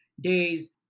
days